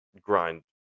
grind